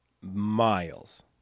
miles